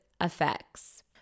effects